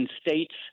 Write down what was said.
states